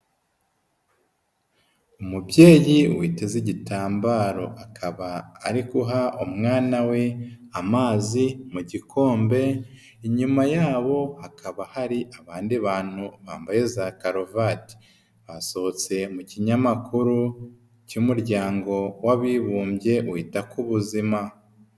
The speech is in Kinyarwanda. Umubyeyi witeze igitambaro, akaba ari guha umwana we amazi mu gikombe, inyuma yabo hakaba hari abandi bantu bambaye za karuvati. Basohotse mu kinyamakuru cy'umuryango w'abibumbye wita ku buzima.